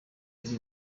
iri